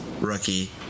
rookie